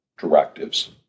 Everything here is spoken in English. directives